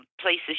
places